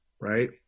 right